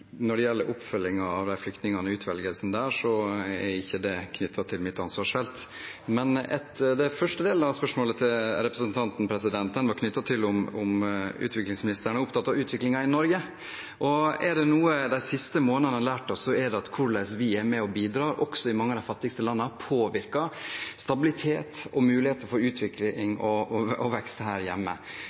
gjelder oppfølging av flyktninger og utvelgelsen der, er ikke det knyttet til mitt ansvarsfelt. Men den første delen av spørsmålet fra representanten Tybring-Gjedde var knyttet til om utviklingsministeren var opptatt av utviklingen i Norge. Er det noe de siste månedene har lært oss, er det at hvordan vi er med og bidrar, også i mange av de fattigste landene, påvirker stabilitet og muligheter for utvikling og vekst her hjemme.